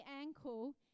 ankle